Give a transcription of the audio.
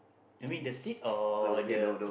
you mean the seed or the